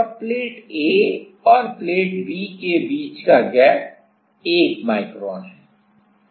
और plate A और plate B के बीच का गैप 1 माइक्रोन है